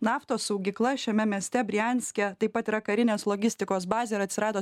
naftos saugykla šiame mieste brianske taip pat yra karinės logistikos bazė ir atsirado